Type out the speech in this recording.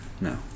no